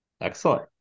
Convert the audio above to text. Excellent